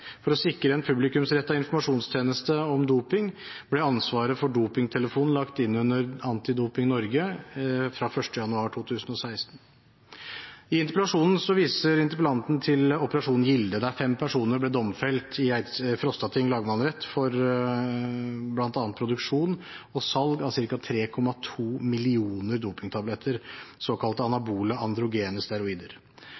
For å sikre en publikumsrettet informasjonstjeneste om doping ble ansvaret for Dopingtelefonen lagt inn under Antidoping Norge fra 1. januar 2016. I interpellasjonen viser interpellanten til Operasjon Gilde, der fem personer ble domfelt i Frostating lagmannsrett for bl.a. produksjon og salg av ca. 3,2 millioner dopingtabletter,